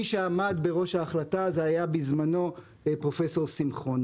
מי שעמד בראש ההחלטה היה בזמנו פרופ' שמחון,